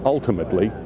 Ultimately